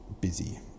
busy